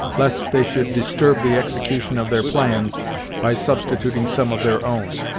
lest they should disturb the execution of their plans by substituting some of their own.